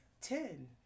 Ten